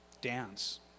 dance